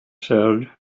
said